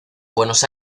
buenos